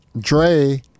dre